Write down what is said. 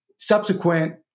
subsequent